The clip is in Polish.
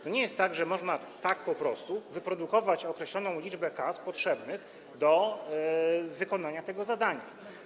To nie jest tak, że można tak po prostu wyprodukować określoną liczbę kas potrzebnych do wykonania tego zadania.